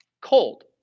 cold